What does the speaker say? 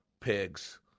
pigs